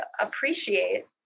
appreciate